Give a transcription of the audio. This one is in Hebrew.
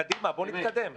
קדימה, בוא נתקדם.